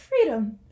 Freedom